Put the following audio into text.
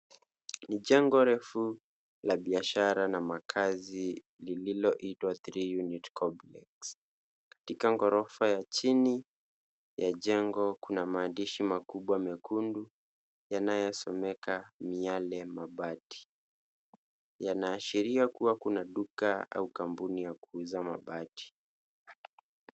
Ni jengo refu la biashara na makazi lililoitwa Three Unit Complex. Katika ghorofa ya chini ya jengo kuna maandishi makubwa mekundu yanayosomeka Miale Mabati. Yanaashiria kuwa kuna duka au kampuni ya kuuza mabati.